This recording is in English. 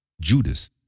Judas